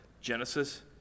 Genesis